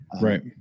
right